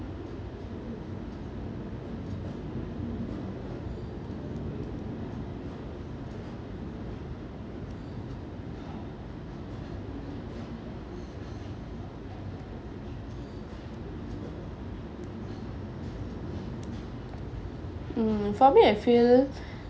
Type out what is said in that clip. mm for me I feel